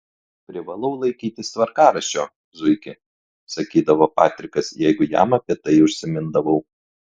privalau laikytis tvarkaraščio zuiki sakydavo patrikas jeigu jam apie tai užsimindavau